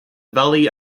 valley